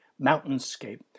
mountainscape